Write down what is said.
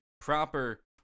proper